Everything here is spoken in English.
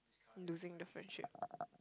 losing the friendship